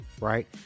Right